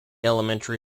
elementary